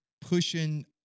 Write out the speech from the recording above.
pushing